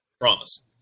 promise